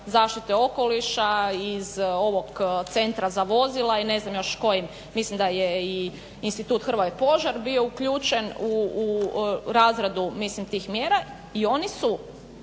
zaštite okoliša, iz ovog Centra za vozila i ne znam još kojim, mislim da je i Institut "Hrvoje Požar" bio uključen u razradu mislim tih mjera, i oni su